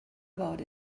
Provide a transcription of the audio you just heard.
about